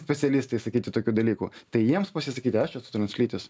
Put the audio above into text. specialistai sakyti tokių dalykų tai jiems pasisakyti aš esu translytis